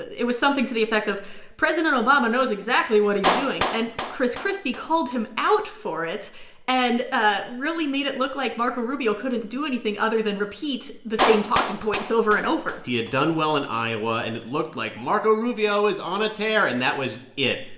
it it was something to the effect of president obama knows exactly what he's doing. and chris christie called him out for it and ah really made it look like marco rubio couldn't do anything other than repeat the same talking points over and over he had done well in iowa. and it looked like marco rubio is on a tear. and that was it.